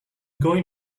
going